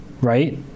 right